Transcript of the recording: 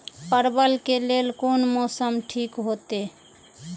परवल के लेल कोन मौसम ठीक होते?